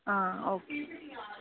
okay